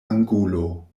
angulo